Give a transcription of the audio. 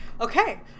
okay